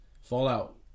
Fallout